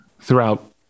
throughout